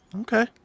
Okay